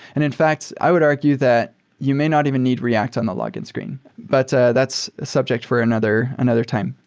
and in fact, i would argue that you may not even need react on the login screen. but that's a subject for another another time.